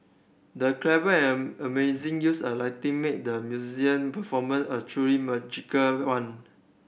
the clever and amazing use of lighting made the performance a truly magical one